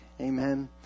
Amen